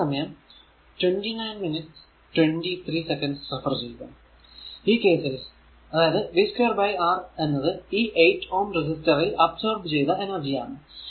ഈ കേസിൽ അതായത് v2 ബൈ R എന്നത് ഈ 8 Ω റെസിസ്റ്ററിൽ അബ്സോർബ് ചെയ്ത എനർജി ആണ്